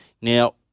now